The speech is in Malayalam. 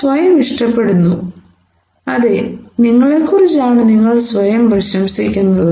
നിങ്ങൾ സ്വയം ഇഷ്ടപ്പെടുന്നു അതെ നിങ്ങളേക്കുറിച്ചാണ് നിങ്ങൾ സ്വയം പ്രശംസിക്കുന്നത്